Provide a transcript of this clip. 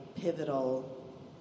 pivotal